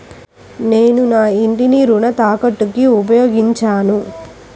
నేను నా ఇంటిని రుణ తాకట్టుకి ఉపయోగించాను